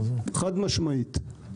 חד משמעית.